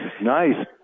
nice